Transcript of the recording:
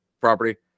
property